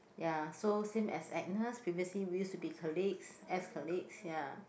ya so same as Agnes previously we used to be colleagues ex colleagues ya